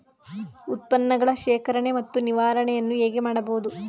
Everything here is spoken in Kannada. ಉತ್ಪನ್ನಗಳ ಶೇಖರಣೆ ಮತ್ತು ನಿವಾರಣೆಯನ್ನು ಹೇಗೆ ಮಾಡಬಹುದು?